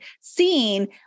seeing